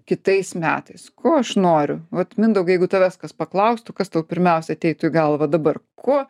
kitais metais ko aš noriu vat mindaugai jeigu tavęs kas paklaustų kas tau pirmiausia ateitų į galvą dabar ko